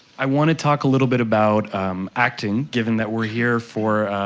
i want to talk a little bit about acting, given that we're here for,